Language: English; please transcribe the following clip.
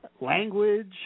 language